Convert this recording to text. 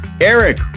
Eric